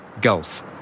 Gulf